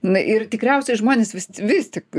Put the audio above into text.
na ir tikriausiai žmonės vis vis tik